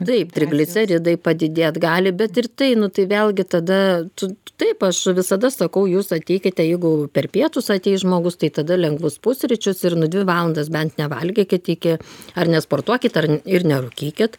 taip trigliceridai padidėt gali bet ir tai nu tai vėlgi tada tu taip aš visada sakau jūs ateikite jeigu per pietus ateis žmogus tai tada lengvus pusryčius ir nu dvi valandas bent nevalgykit iki ar nesportuokit ar ir nerūkykit